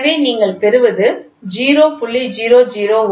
எனவே நீங்கள் பெறுவது 0